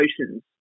oceans